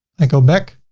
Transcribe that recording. i go back.